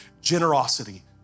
generosity